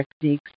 techniques